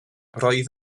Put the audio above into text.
roedd